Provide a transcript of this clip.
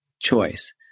choice